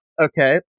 Okay